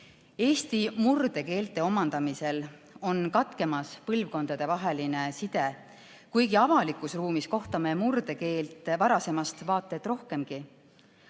Eesti murdekeelte omandamisel on katkemas põlvkondadevaheline side, kuigi avalikus ruumis kohtame murdekeelt varasemast vaata et rohkemgi.